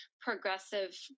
progressive